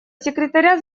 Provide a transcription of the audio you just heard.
секретаря